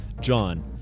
john